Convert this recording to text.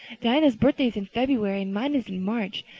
diana's birthday is in february and mine is in march.